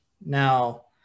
Now